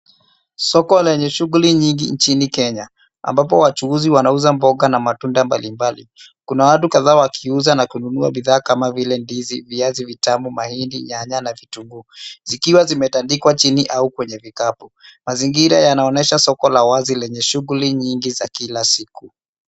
Soko lenye shughuli nyingi nchini Kenya, ambapo wachuuzi wanauza mboga na matunda mbalimbali. Kuna watu kadhaa wakiuza na kununua bidhaa kama vile ndizi, viazi vitamu, mahindi, nyanya na vitunguu, zikiwa zimetandikwa chini au kwenye vikapu. Mazingira yanaonyesha soko la wazi lenye shughuli nyingi za kila siku.